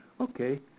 Okay